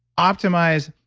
optimize.